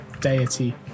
deity